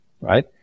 right